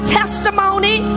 testimony